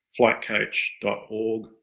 flightcoach.org